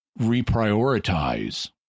reprioritize